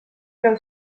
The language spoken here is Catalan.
breu